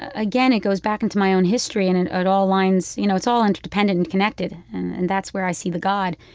again, it goes back into my own history, and and it all lines you know, it's all interdependent and connected and that's where i see the god.